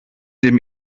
dem